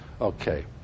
Okay